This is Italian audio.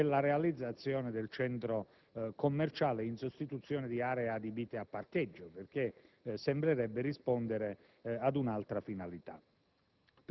e la realizzazione del centro commerciale in sostituzione di aree adibite a parcheggio, perché questa sembrerebbe rispondere ad un'altra finalità.